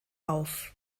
auf